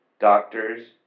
doctors